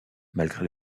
malgré